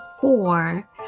four